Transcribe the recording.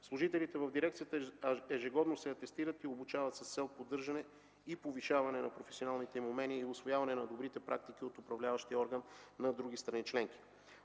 Служителите в дирекцията ежегодно се атестират и обучават с цел поддържане и повишаване на професионалните им умения и усвояване на добрите практики от управляващия орган на други страни членки.